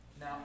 Now